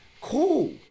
Cool